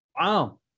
Wow